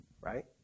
right